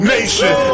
Nation